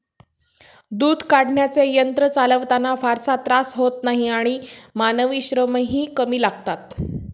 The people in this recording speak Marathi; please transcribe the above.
दूध काढण्याचे यंत्र चालवताना फारसा त्रास होत नाही आणि मानवी श्रमही कमी लागतात